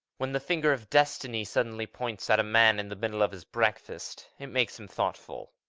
when the finger of destiny suddenly points at a man in the middle of his breakfast, it makes him thoughtful.